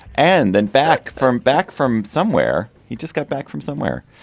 and then back from back from somewhere. he just got back from somewhere.